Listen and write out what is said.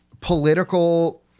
political